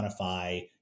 quantify